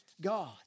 God